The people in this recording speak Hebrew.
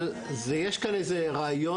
אבל יש כאן איזה רעיון,